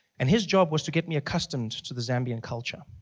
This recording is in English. and his job was to get me accustomed to the zambian culture.